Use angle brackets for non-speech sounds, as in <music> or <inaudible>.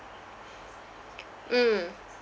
<noise> mm